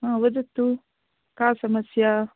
वदतु का समस्या